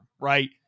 right